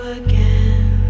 again